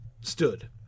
stood